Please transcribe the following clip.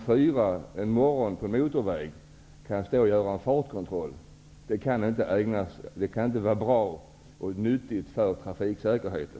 4 en morgon gör fartkontroller på en motorväg. Det kan inte vara bra för trafiksäkerheten.